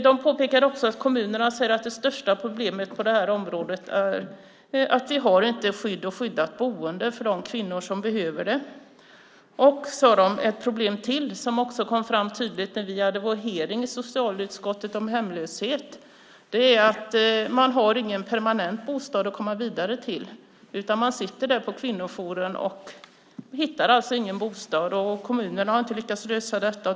De påpekade att kommunerna säger att det största problemet på det här området är att de inte har skydd och skyddat boende för de kvinnor som behöver det. Och de sade att ytterligare ett problem, som också kom fram tydligt när vi hade vår hearing i socialutskottet om hemlöshet, är att man inte har någon permanent bostad att komma vidare till, utan man sitter där på kvinnojouren och hittar alltså ingen bostad. Kommunerna har inte lyckats lösa detta.